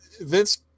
vince